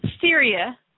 Syria